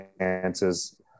chances